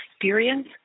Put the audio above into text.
experience